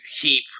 keep